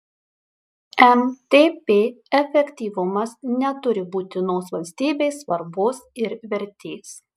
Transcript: mtp efektyvumas neturi būtinos valstybei svarbos ir vertės